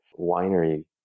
winery